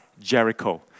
Jericho